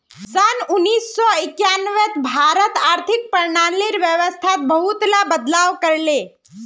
सन उन्नीस सौ एक्यानवेत भारत आर्थिक प्रणालीर व्यवस्थात बहुतला बदलाव कर ले